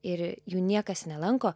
ir jų niekas nelanko